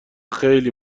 خیلی